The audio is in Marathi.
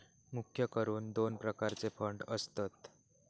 मुख्य करून दोन प्रकारचे फंड असतत